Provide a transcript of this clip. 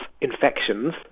infections